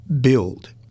build